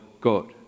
God